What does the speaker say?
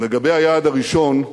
לגבי היעד הראשון: